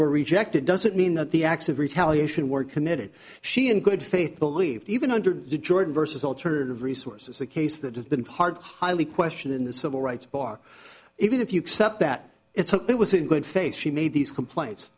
were rejected doesn't mean that the acts of retaliation were committed she in good faith believe even under the jordan versus alternative resources a case that has been part of highly question in the civil rights bar even if you accept that it's a it was in good faith she made these complaints